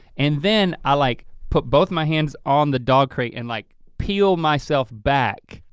and then, i like put both my hands on the dog crate and like peeled myself back.